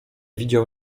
widział